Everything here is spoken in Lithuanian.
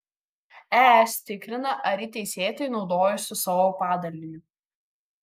es tikrina ar ji teisėtai naudojosi savo padaliniu